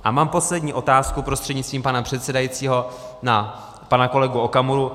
A mám poslední otázku prostřednictvím předsedajícího na pana kolegu Okamuru.